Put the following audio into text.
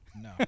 No